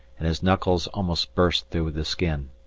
and his knuckles almost burst through the skin.